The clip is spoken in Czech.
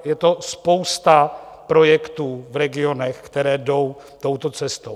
Je to spousta projektů v regionech, které jdou touto cestou.